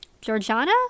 Georgiana